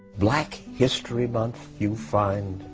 black history month, you find.